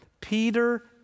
Peter